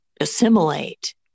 assimilate